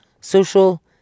social